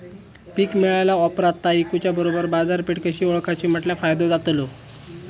पीक मिळाल्या ऑप्रात ता इकुच्या बरोबर बाजारपेठ कशी ओळखाची म्हटल्या फायदो जातलो?